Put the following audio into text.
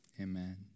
amen